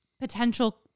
potential